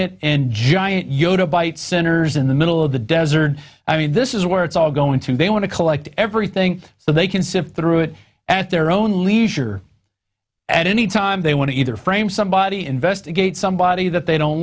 yota bite centers in the middle of the desert i mean this is where it's all going to they want to collect everything so they can sift through it at their own leisure and any time they want to either frame somebody investigate somebody that they don't